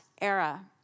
era